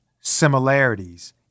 similarities